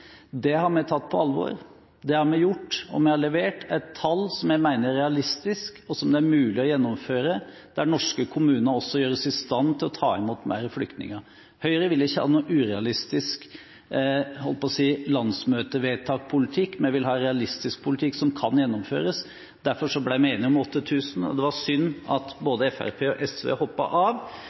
Det har vi tatt på alvor. Det har vi gjort, og vi har levert et tall som vi mener er realistisk, og som det er mulig å gjennomføre, der norske kommuner også gjøres i stand til å ta imot flere flyktninger. Høyre vil ikke ha noen urealistisk – jeg holdt på å si – landsmøtevedtakpolitikk. Vi vil ha realistisk politikk som kan gjennomføres, og derfor ble vi enige om 8 000. Det var synd at både Fremskrittspartiet og SV hoppet av,